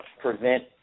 prevent